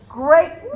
great